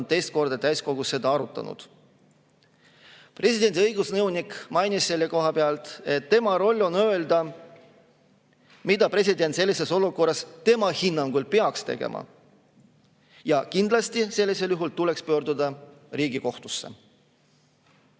teist korda täiskogus seda arutanud. Presidendi õigusnõunik mainis, et tema roll on öelda, mida president sellises olukorras tema hinnangul peaks tegema, ja kindlasti sellisel juhul tuleks pöörduda Riigikohtusse.